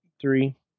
Three